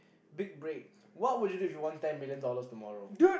big break what would you do if you won ten million dollars tomorrow